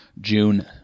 June